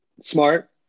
smart